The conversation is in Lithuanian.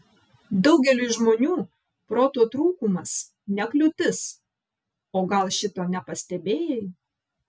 daugeliui žmonių proto trūkumas ne kliūtis o gal šito nepastebėjai